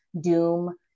doom